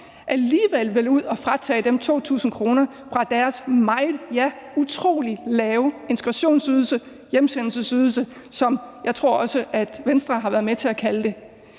alligevel vil fratage dem 2.000 kr. af deres meget, ja, utrolig lave integrationsydelse eller hjemsendelsesydelse, som jeg tror at også Venstre har været med til at kalde det.